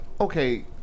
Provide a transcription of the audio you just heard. Okay